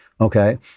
Okay